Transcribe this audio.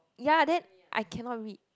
ya then I cannot read